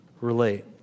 relate